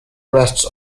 rests